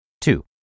Two